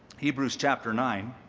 hebrews, chapter nine,